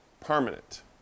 permanent